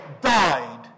died